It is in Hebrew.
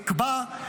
אקבע,